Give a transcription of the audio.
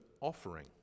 offering